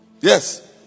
Yes